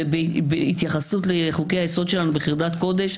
ובהתייחסות לחוקי-היסוד שלנו בחרדת קודש,